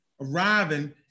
arriving